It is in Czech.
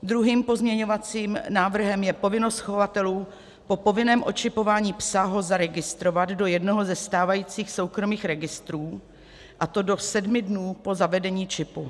Druhým pozměňovacím návrhem je povinnost chovatelů po povinném očipování psa ho zaregistrovat do jednoho ze stávajících soukromých registrů, a to do 7 dnů po zavedení čipu.